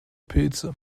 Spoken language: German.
pilze